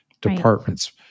departments